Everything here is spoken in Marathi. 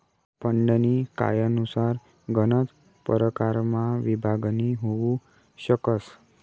फंडनी कायनुसार गनच परकारमा विभागणी होउ शकस